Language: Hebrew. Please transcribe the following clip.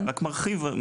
אז אני רק מבהיר בקצרה.